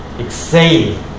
exhale